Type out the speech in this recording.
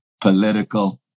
political